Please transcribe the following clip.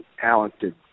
talented